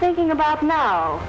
thinking about now